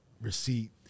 receipt